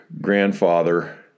grandfather